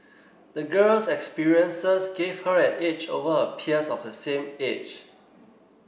the girl's experiences gave her an edge over her peers of the same age